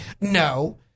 no